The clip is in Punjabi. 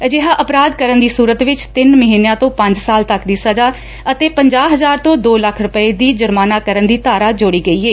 ਅਜਿਹਾ ਅਪਰਾਧ ਕਰਨ ਦੀ ਸੁਰਤ ਵਿਚ ਤਿੰਨ ਮਹੀਨਿਆਂ ਤੋ ਪੰਜ ਸਾਲ ਤੱਕ ਦੀ ਸਜਾ ਅਤੇ ਪੰਜਾਹ ਹਜ਼ਾਰ ਤੋ ਦੋ ਲੱਖ ਰੁਪੈ ਦੀ ਜੁਰਮਾਨਾ ਕਰਨ ਦੀ ਧਾਰਾ ਜੋੜੀ ਗਈ ਏ